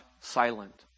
silent